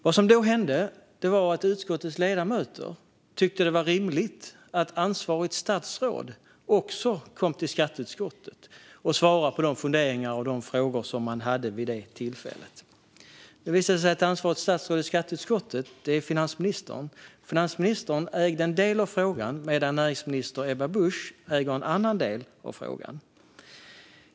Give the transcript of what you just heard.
Vad som då hände var att utskottets ledamöter tyckte att det var rimligt att ansvarigt statsråd också kom till skatteutskottet och svarade på de funderingar och frågor som man hade vid tillfället. Ansvarigt statsråd i skatteutskottet är finansministern. Finansministern ägde en del av frågan, medan näringsminister Ebba Busch ägde en annan del.